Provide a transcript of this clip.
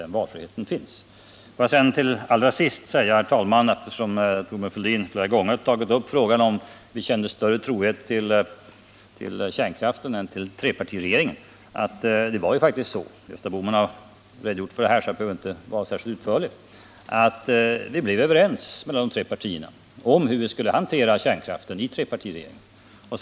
Thorbjörn Fälldin har flera gånger tagit upp frågan om vi kände större trohet mot kärnkraften än mot trepartiregeringen. Det var faktiskt så — Gösta Bohman har redogjort för detta, så jag behöver inte vara särskilt utförlig — att vi mellan de tre partierna blev överens om hur vi i regeringen skulle hantera kärnkraften.